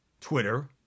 Twitter